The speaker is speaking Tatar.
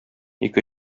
ике